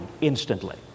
instantly